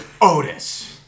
Otis